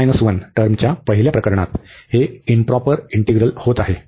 आणि या टर्मच्या पहिल्या प्रकरणात हे इंटीग्रल इंप्रॉपर होत आहे